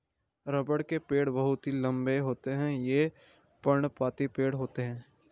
रबड़ के पेड़ बहुत ही लंबे होते हैं ये पर्णपाती पेड़ होते है